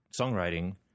songwriting